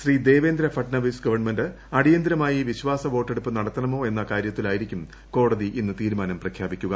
Shri Devendra Fadnavis government അടിയന്തിരമായി വിശ്വാസ വോട്ടെടുപ്പ് നടത്തണമോ എന്ന കാര്യത്തിലായിരിക്കും കോടതി ഇന്ന് തീരുമാനം പ്രഖ്യാപിക്കുക